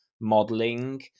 Modeling